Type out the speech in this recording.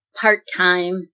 part-time